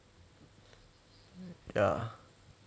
ya